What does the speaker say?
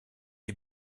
est